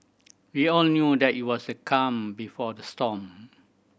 we all knew that it was the calm before the storm